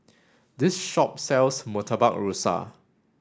this shop sells Murtabak Rusa